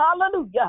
hallelujah